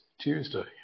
Tuesday